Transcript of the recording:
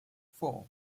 four